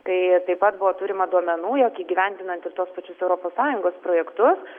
tai taip pat buvo turima duomenų jog įgyvendinant ir tuos pačius europos sąjungos projektus